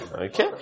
Okay